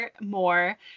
more